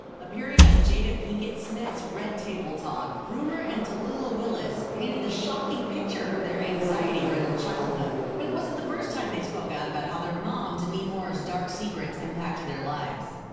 appearing on jada pinkett smith's red table talk, rumer and tallulah willis painted the shocking picture of their anxiety-riddled childhood. but it wasn't the first time they spoke out about how their mom demi moore's dark secrets impacted their lives.